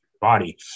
body